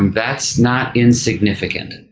and that's not insignificant.